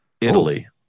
Italy